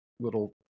Little